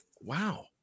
wow